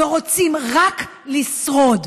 ורוצים רק לשרוד.